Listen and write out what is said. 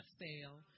fail